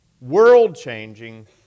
world-changing